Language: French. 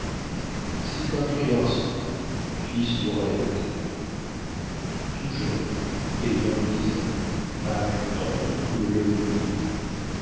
c'était un frais garçon fils du roi d'à côté tout jeune ayant dix ans âge tendre où l'œil brille